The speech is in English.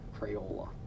Crayola